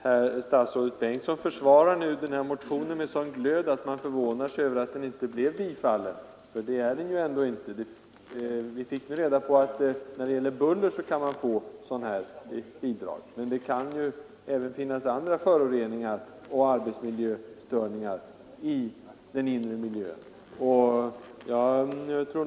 Herr talman! Statsrådet Bengtsson försvarar nu den motion det här gäller med sådan glöd att man förvånar sig över att den inte blev bifallen, ty det blev den ju inte. Vi har nu fått veta att man kan få bidrag för bullerbekämpande åtgärder, men det kan ju finnas även andra föroreningar och arbetsmiljöstörningar i den inre miljön.